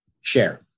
share